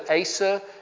Asa